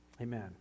amen